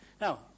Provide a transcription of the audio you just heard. Now